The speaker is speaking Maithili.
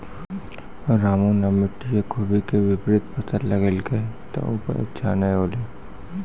रामू नॅ मिट्टी के खूबी के विपरीत फसल लगैलकै त उपज अच्छा नाय होलै